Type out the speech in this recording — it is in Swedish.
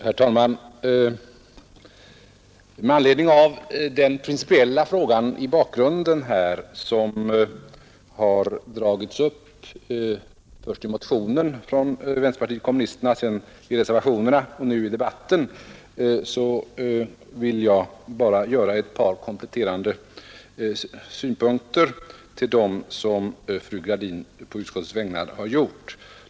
Herr talman! Med anledning av den principiella fråga i bakgrunden som har dragits upp först i motionen från vänsterpartiet kommunisterna, sedan i reservationerna och nu i debatten vill jag lägga ett par kompletterande synpunkter till dem som fru Gradin på utskottets vägnar har anfört.